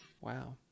Wow